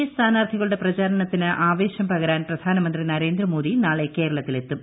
A സ്ഥാനാർത്ഥികളുടെ പ്രചരണാരണത്തിന് ആവേശം പകരാൻ പ്രധാനമന്ത്രി നരേന്ദ്ര മോദി നാളെ കേരളത്തിൽ എത്തും